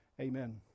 amen